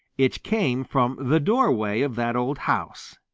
it came from the doorway of that old house.